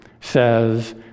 says